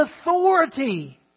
authority